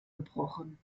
gebrochen